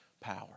power